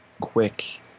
quick